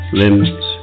limbs